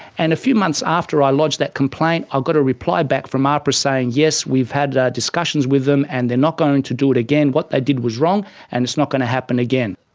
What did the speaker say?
and a few months after i lodged that complaint i got a reply back from ahpra saying yes we've had discussions with them and they're not going to do it again, what they did was wrong and it's not going to happen again.